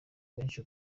benshi